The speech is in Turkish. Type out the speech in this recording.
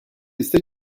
ise